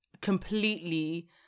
completely